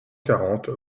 quarante